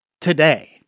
today